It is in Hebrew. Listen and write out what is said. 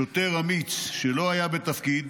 שוטר אמיץ שלא היה בתפקיד